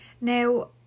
Now